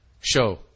show